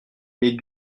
les